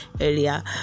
earlier